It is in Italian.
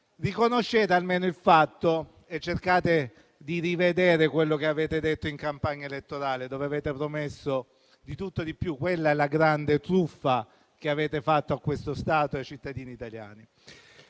Riconoscete almeno il fatto e cercate di rivedere quello che avete detto in campagna elettorale, dove avete promesso di tutto e di più. Quella è la grande truffa che avete fatto a questo Stato e ai cittadini italiani.